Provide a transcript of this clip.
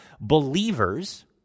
believers